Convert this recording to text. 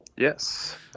Yes